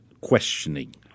questioning